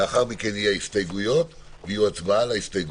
לאחר מכן הסתייגויות והצבעה על הסתייגויות.